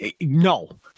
No